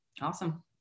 Awesome